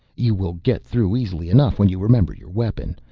you will get through easily enough when you remember your weapon.